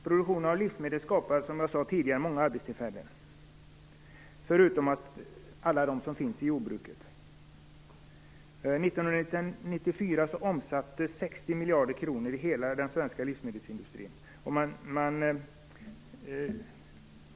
Produktion av livsmedel skapar, som jag tidigare sade, många arbetstillfällen förutom alla de som finns inom jordbruket. 1994 omsatte hela den svenska livsmedelsindustrin 60 miljarder kronor.